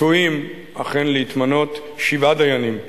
צפויים אכן להתמנות שבעה דיינים.